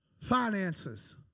finances